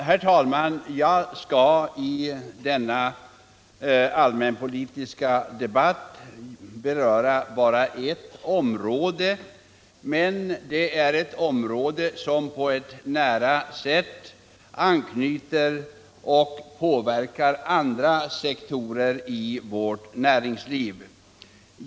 Herr talman! Jag skall i denna allmänpolitiska debatt beröra bara ett område, men det är ett område som på ett nära sätt anknyter till och påverkar andra sektorer i vårt näringsliv.